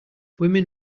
women